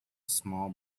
small